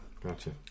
Gotcha